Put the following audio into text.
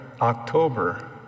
October